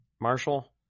Marshall